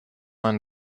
man